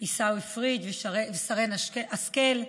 עיסאווי פריג' ושרן השכל,